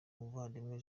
muvandimwe